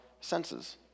senses